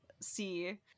see